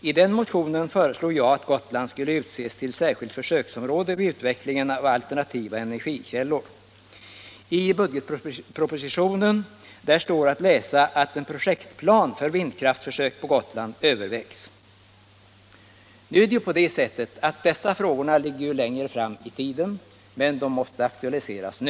I motionen föreslog jag att Gotland skulle utses till särskilt försöksområde vid utvecklingen av alternativa energikällor. I budgetpropositionen står att läsa att en projektplan för vindkraftsförsök på Gotland övervägs. Konkreta resultat av vindkraftsproduktion ligger sannolikt längre fram i tiden, men det är nödvändigt att försöksverksamheten aktualiseras nu.